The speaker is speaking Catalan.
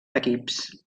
equips